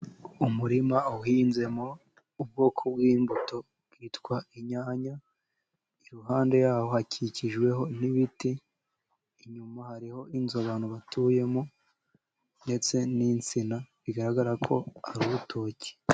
Umurima uhinzemo ubwoko bw'imbuto bwitwa inyanya, iruhande yaho hakikijwe n'ibiti, inyuma hariho inzu abantu batuyemo, ndetse n'insina bigaragara ko ari urutoki.